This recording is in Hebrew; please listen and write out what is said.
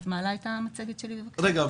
רגע.